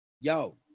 Yo